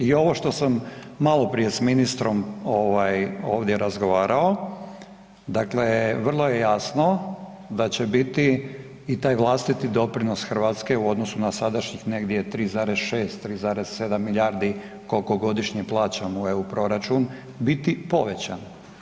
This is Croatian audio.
I ovo što sam maloprije s ministrom ovdje razgovarao, dakle vrlo je jasno da će biti i taj vlastiti doprinos Hrvatske u odnosu na sadašnjih negdje 3,6, 3,7 milijardi koliko godišnje plaćamo u EU proračun, biti povećan.